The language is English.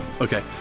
Okay